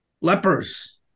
Lepers